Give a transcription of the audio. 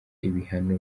ibihano